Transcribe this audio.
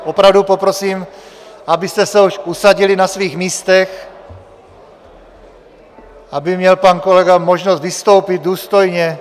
Opravdu poprosím, abyste se už usadili na svých místech, aby měl pan kolega možnost vystoupit důstojně.